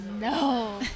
no